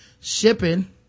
shipping